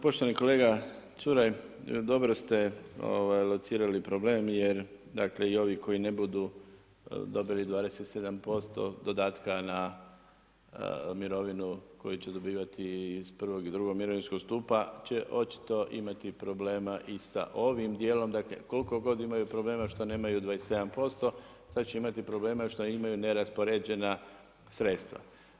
Poštovani kolega Čuraj, dobro ste locirali problem jer i ovi koji ne budu dobili 27% dodatka na mirovinu koju će dobivati iz prvog i drugog mirovinskog stupa će očito imati problema i sa ovim dijelom, dakle koliko god imaju problema što nemaju 27%, sada će imati problema što imaju neraspoređena sredstva.